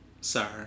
Sir